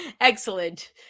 Excellent